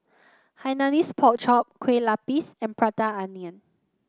Hainanese Pork Chop Kueh Lapis and Prata Onion